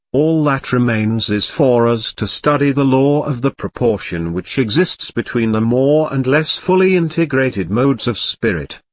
all that remains is for us to study the law of the proportion which exists between the more and less fully integrated modes of spirit,